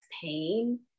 pain